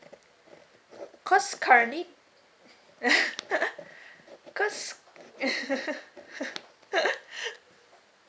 cause currently cause